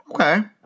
okay